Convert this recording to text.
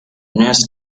nurse